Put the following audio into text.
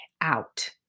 out